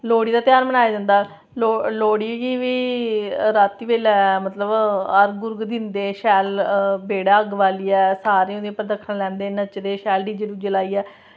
लोह्ड़ी दा ध्यार मनाया जंदा लोह्ड़ी गी बी रातीं बल्लै अर्घ दिंदे शैल बेह्ड़ै अग्ग बाल्लियै शैल परदक्खन लैंदे ते नचदे शैल डीजे लाइयै